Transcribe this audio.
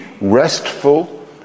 restful